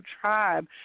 Tribe